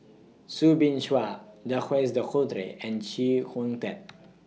Soo Bin Chua Jacques De Coutre and Chee Kong Tet